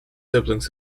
siblings